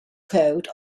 code